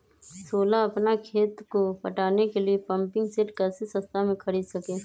सोलह अपना खेत को पटाने के लिए पम्पिंग सेट कैसे सस्ता मे खरीद सके?